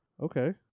Okay